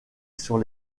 sur